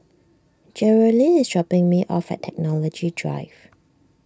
Jerrilyn is dropping me off at Technology Drive